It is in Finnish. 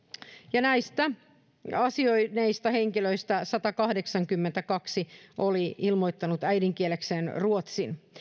ja näistä asioineista henkilöistä satakahdeksankymmentäkaksi oli ilmoittanut äidinkielekseen ruotsin